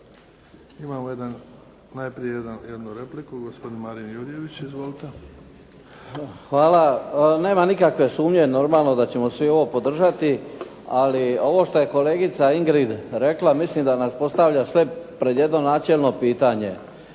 jedan, najprije jedan, jednu repliku. Gospodin Marin Jurjević. Izvolite. **Jurjević, Marin (SDP)** Hvala. Nema nikakve sumnje normalno da ćemo svi ovo podržati ali ovo što je kolegica Ingrid rekla mislim da nas postavlja sve pred jedno načelno pitanje.